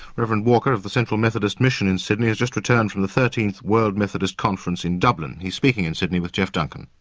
reverend walker of the central methodist mission in sydney has just returned from the thirteenth world methodist conference in dublin. he's speaking in sydney with geoff duncan.